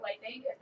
Lightning